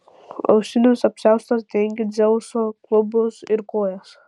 auksinis apsiaustas dengė dzeuso klubus ir kojas